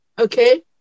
Okay